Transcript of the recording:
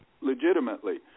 legitimately